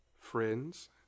friends